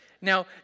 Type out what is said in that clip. Now